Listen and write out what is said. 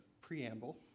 preamble